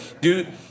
dude